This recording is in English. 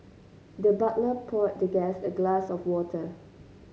the butler poured the guest a glass of water